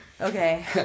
Okay